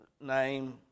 name